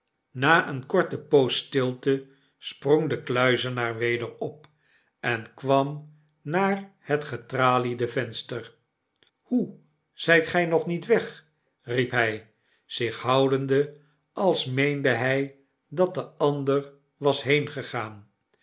na eene korte poos stilte sprong de kluizenaar weder op en kwam naar het getraliede venster hoe l zijt gy nog niet weg riep hij zich houdende als meende hy dat de ander was